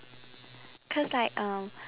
cause like um